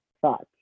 thoughts